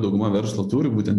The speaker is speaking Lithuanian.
dauguma verslų turi būtent